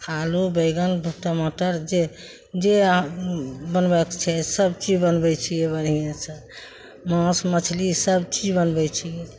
आलू बैगन टमाटर जे जे बनबयके छै सब चीज बनबय छियै बढ़ियेसँ माँस मछली सब चीज बनबय छियै